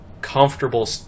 comfortable